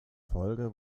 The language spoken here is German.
folge